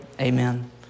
amen